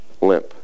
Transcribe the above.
limp